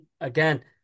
again